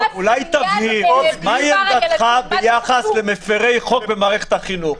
אולי תבהיר מהי עמדתך ביחס למפירי חוק במערכת החינוך.